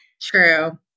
True